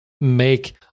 make